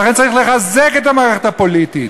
ולכן צריך לחזק את המערכת הפוליטית,